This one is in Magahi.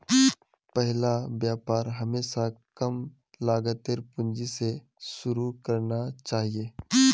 पहला व्यापार हमेशा कम लागतेर पूंजी स शुरू करना चाहिए